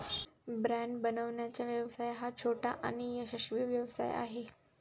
bread बनवण्याचा व्यवसाय हा छोटा आणि यशस्वी व्यवसाय आहे